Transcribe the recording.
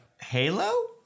halo